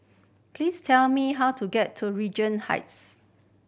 please tell me how to get to Regent Heights